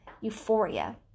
euphoria